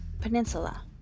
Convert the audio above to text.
Peninsula